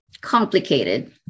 complicated